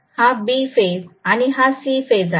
हा A phase हा B phase आणि हा C फेज आहे